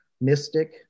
mystic